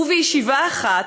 ובישיבה אחת,